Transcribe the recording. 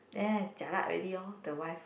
then I jialat already lor the wife